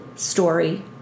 story